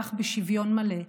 ואזרח בשוויון מלא,